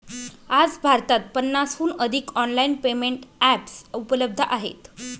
आज भारतात पन्नासहून अधिक ऑनलाइन पेमेंट एप्स उपलब्ध आहेत